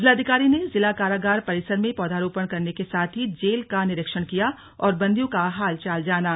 जिलाधिकारी ने जिला कारागार परिसर में पौधरोपण करने के साथ ही जेल का निरीक्षण किया और बन्दियों का हालचाल जाना